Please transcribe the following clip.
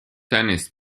tennis